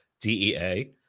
dea